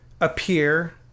appear